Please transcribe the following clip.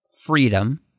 freedom